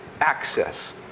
Access